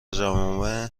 مجامع